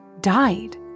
died